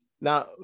Now